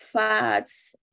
fats